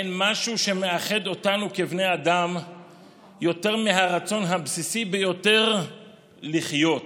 אין משהו שמאחד אותנו כבני אדם יותר מהרצון הבסיסי ביותר לחיות.